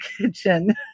kitchen